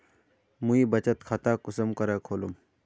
मुई बचत खता कुंसम करे खोलुम?